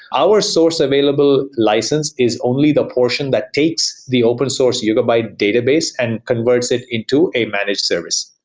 our source available license is only the portion that takes the open source yugabyte database and converts it into a managed service.